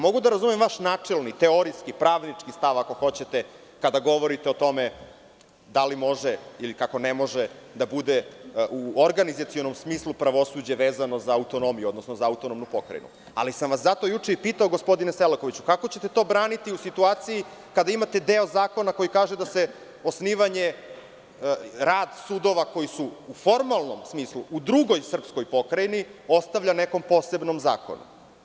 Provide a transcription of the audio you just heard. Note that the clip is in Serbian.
Mogu da razumem vaš načelni, teorijski pravnički stav, ako hoćete kada govorite o tome da li može, ili kako ne može da bude u organizacionom smislu pravosuđe vezano za autonomiju, odnosno za autonomnu pokrajinu, ali sam vas zato juče i pitao, gospodine Selakoviću, kako ćete to braniti u situaciji kada imate deo zakona koji kaže da de osnivanje rad sudova koji su u formalnom smislu, u drugoj srpskoj pokrajini, ostavlja nekom posebnom zakonu.